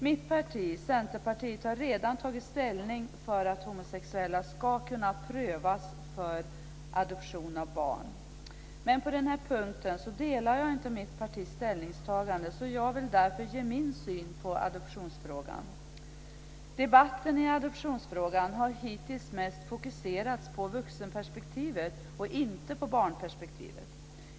Mitt parti, Centerpartiet, har redan tagit ställning för att homosexuella ska kunna prövas för adoption av barn. Men på den här punkten delar jag inte mitt partis ställningstagande, så jag vill därför ge min syn på adoptionsfrågan. Debatten i adoptionsfrågan har hittills mest fokuserats på vuxenperspektivet och inte på barnperspektivet.